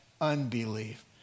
unbelief